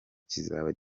kizaba